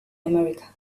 america